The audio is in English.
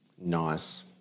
Nice